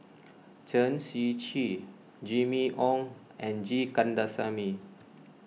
Chen Shiji Jimmy Ong and G Kandasamy